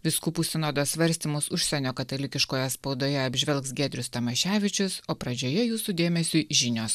vyskupų sinodo svarstymus užsienio katalikiškoje spaudoje apžvelgs giedrius tamaševičius o pradžioje jūsų dėmesiui žinios